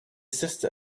sister